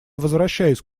возвращаюсь